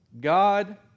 God